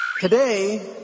Today